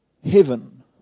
Heaven